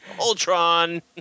Ultron